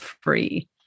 free